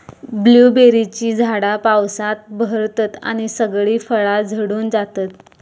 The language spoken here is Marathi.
ब्लूबेरीची झाडा पावसात बहरतत आणि सगळी फळा झडून जातत